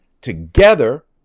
together